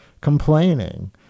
complaining